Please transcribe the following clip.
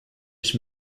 ich